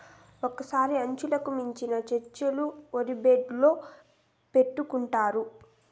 ఒక్కోసారి అంచనాలకు మించిన ఖర్చులు బడ్జెట్ లో పెడుతుంటారు